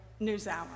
NewsHour